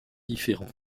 différent